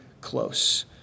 close